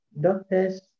doctors